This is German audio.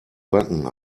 backen